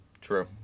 True